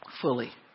fully